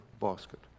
basket